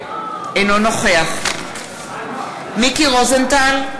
אינו נוכח מיקי רוזנטל,